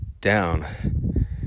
down